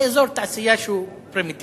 זה אזור תעשייה שהוא פרימיטיבי,